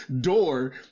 door